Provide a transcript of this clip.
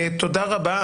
תודה רבה.